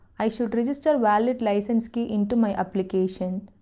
i should register valid license key into my application,